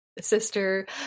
sister